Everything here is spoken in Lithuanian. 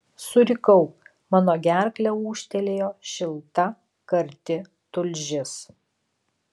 surikau mano gerkle ūžtelėjo šilta karti tulžis